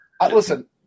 listen